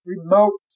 remote